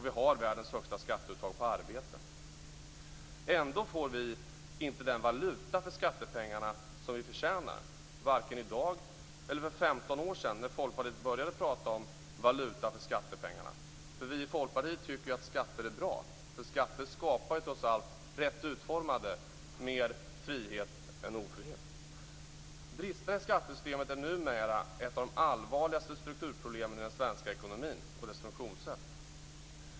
Vi har världens högsta skatteuttag på arbete. Ändå får vi inte den valuta för skattepengarna som vi förtjänar, varken i dag eller för 15 år sedan då Folkpartiet började prata om valuta för skattepengarna. Vi i Folkpartiet tycker nämligen att skatter är bra. Skatter skapar trots allt, rätt utformade, mer frihet än ofrihet. Bristerna i skattesystemet är numera ett av de allvarligaste strukturproblemen i den svenska ekonomin och dess funktionssätt.